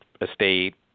estate